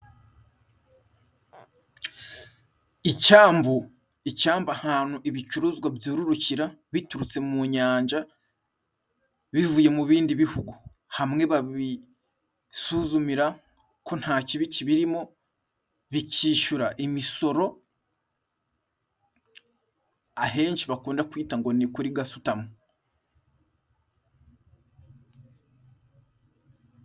Icyambu, icyamba ahantu ibicuruzwa byururukira biturutse mu nyanja bivuye mu ibindi bihugu. Hamwe babisuzumira ko nta kibi kibiriri mo, bikishyura imisoro, ahenshi bakunda kwita ngo ni kuri gasutamo.